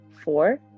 four